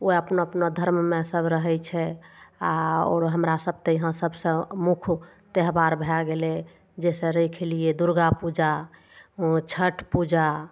वएह अपना अपना धर्ममे सब रहै छै आ आओर हमरा सब तऽ यहाँ सबसँ मुख त्यौहार भए गेलै जैसे राखि लिअ दुर्गापूजा छठि पूजा